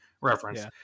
reference